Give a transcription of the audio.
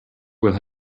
will